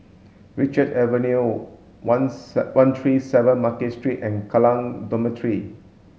Richard Avenue one one three seven Market Street and Kallang Dormitory